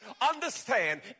Understand